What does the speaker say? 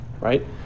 right